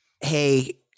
hey